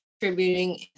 contributing